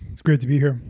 it's great to be here.